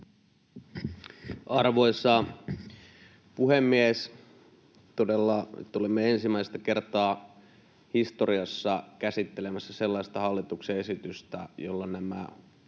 Arvoisa puhemies! Todella nyt olemme ensimmäistä kertaa historiassa käsittelemässä sellaista hallituksen esitystä, jolla nämä